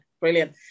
brilliant